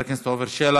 חבר הכנסת עפר שלח,